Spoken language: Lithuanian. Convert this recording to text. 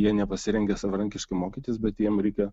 jie nepasirengę savarankiškai mokytis bet jiem reikia